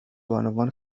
بانوان